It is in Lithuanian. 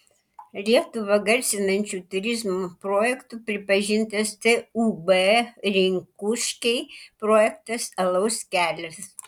lietuvą garsinančiu turizmo projektu pripažintas tūb rinkuškiai projektas alaus kelias